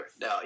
Now